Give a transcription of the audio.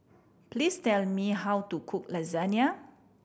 please tell me how to cook Lasagne